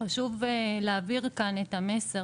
חשוב להעביר כאן את המסר